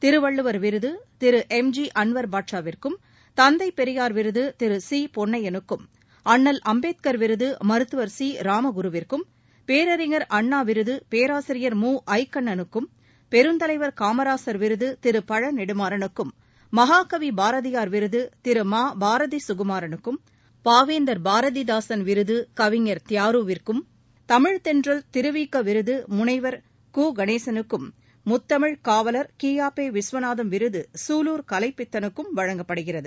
திருவள்ளுவர் விருது Thiru M G Anwar பாட்சாவிற்கும் தந்தை பெரியார் விருது திரு சி பொன்னையனுக்கும் அண்ணல் அம்பேத்கர் விருது மருத்துவர் சி இராமகுருவிற்கும் பேரறிஞர் அண்ணா பேராசிரியர் அய்க்கண்ணுக்கும் பெருந்தலைவர் விருது காமராசர் விருகி ழு திரு பழ நெடுமாறனுக்கும் மகாகவி பாரதியார் விருது திரு மா பாரதி சுகுமாரனுக்கும் பாவேந்தர் பாரதிதாசன் விருது கவிஞர் தியாருவிற்கும் தமிழ்த் தென்றல் திருவிக விருது முனைவர் கு கணேசலுக்கும் முத்தமிழ் காவலர் கி ஆ பெ விசுவநாதம் விருது சூலூர் கலைப்பித்தனுக்கும் வழங்கப்படுகிறது